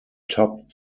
topped